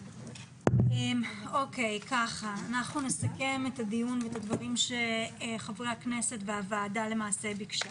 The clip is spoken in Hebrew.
אנחנו נסכם את הדיון ואת הדברים שחברי הכנסת והוועדה ביקשו.